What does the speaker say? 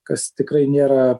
kas tikrai nėra